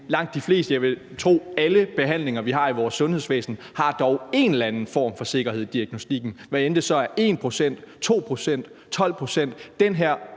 langt de fleste – alle, vil jeg tro – behandlinger, vi har i vores sundhedsvæsen, har dog en eller anden form for sikkerhed i diagnostikken, hvad end det så er 1 pct., 2 pct.